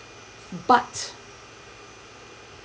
but